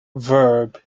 verb